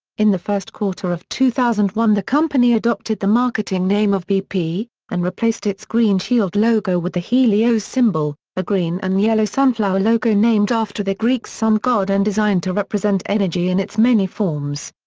in the first quarter of two thousand and one the company adopted the marketing name of bp, and replaced its green shield logo with the helios symbol, a green and yellow sunflower logo named after the greek sun god and designed to represent energy in its many forms.